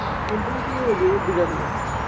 ꯀꯣꯡꯄꯥꯜ ꯀꯥꯏꯋꯥꯏꯗꯩ ꯑꯣꯏꯕꯤꯔꯝꯅꯣ